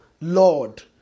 Lord